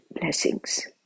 Blessings